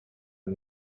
het